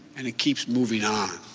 and it keeps moving on.